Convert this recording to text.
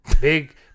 Big